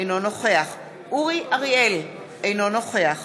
אינו נוכח אורי אריאל, אינו נוכח